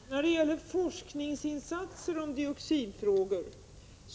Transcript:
Herr talman! När det gäller forskningsinsatser om dioxinfrågor